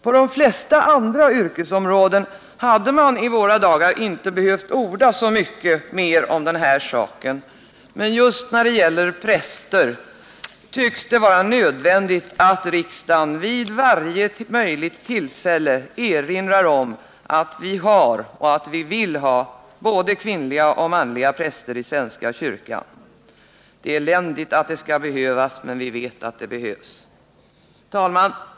På de flesta andra yrkesområdena hade man i våra dagar inte behövt orda så Nr 23 mycket mer om detta, men just när det gäller präster tycks det vara nödvändigt att riksdagen vid varje möjligt tillfälle erinrar om att vi har och vill ha både kvinnliga och manliga präster i svenska kyrkan. Det är eländigt att det skall behöva påpekas, men vi vet att det behövs. Herr talman!